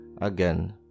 again